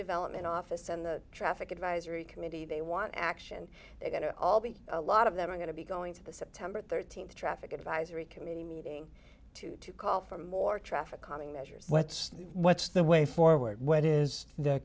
development office and the traffic advisory committee they want action they are going to all be a lot of them are going to be going to the september th traffic advisory committee meeting to to call for more traffic calming measures what's what's the way forward when is the